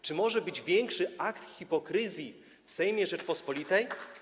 Czy może być większy akt hipokryzji w Sejmie Rzeczypospolitej?